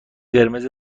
قرمز